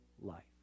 life